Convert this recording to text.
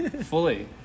Fully